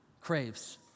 craves